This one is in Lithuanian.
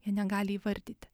jie negali įvardyti